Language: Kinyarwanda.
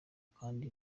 kandi